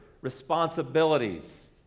responsibilities